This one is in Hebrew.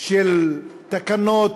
של תקנות,